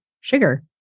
sugar